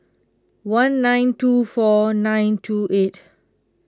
one nine two four nine two eight